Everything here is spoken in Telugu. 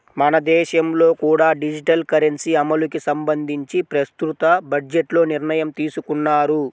మన దేశంలో కూడా డిజిటల్ కరెన్సీ అమలుకి సంబంధించి ప్రస్తుత బడ్జెట్లో నిర్ణయం తీసుకున్నారు